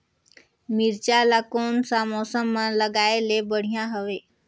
मिरचा ला कोन सा मौसम मां लगाय ले बढ़िया हवे